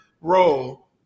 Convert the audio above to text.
role